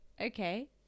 Okay